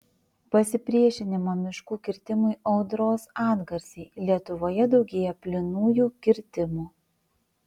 pasipriešinimo miškų kirtimui audros atgarsiai lietuvoje daugėja plynųjų kirtimų